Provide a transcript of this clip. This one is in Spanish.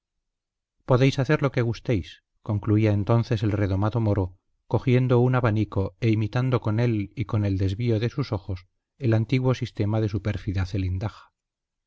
podéis hacer lo que gustéis concluía entonces el redomado moro cogiendo un abanico e imitando con él y con el desvío de sus ojos el antiguo sistema de su pérfida